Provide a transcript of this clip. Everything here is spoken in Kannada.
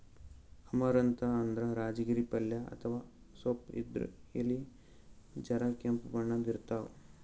ಅಮರಂತ್ ಅಂದ್ರ ರಾಜಗಿರಿ ಪಲ್ಯ ಅಥವಾ ಸೊಪ್ಪ್ ಇದ್ರ್ ಎಲಿ ಜರ ಕೆಂಪ್ ಬಣ್ಣದ್ ಇರ್ತವ್